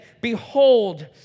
Behold